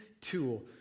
tool